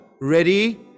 ready